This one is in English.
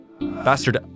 Bastard